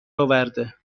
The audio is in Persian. اورده